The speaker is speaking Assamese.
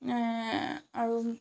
আৰু